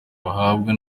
bahabwa